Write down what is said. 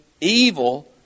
evil